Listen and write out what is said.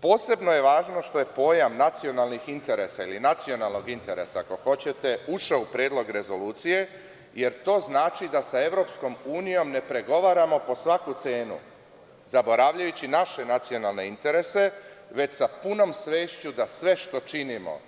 Posebno je važno što je pojam nacionalnog interesa ušao u Predlog rezolucije, jer to znači da sa EU ne pregovaramo po svaku cenu, zaboravljajući naše nacionalne interese, već sa punom svešću da sve što činimo,